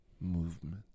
movement